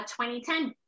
2010